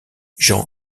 jean